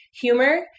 humor